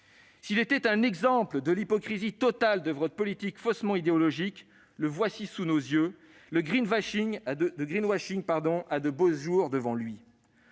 S'il était un exemple de l'hypocrisie totale de votre politique faussement écologique, le voilà sous nos yeux. Le «» a de beaux jours devant lui